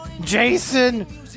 Jason